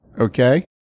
Okay